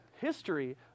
history